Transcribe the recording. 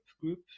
group